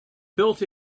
built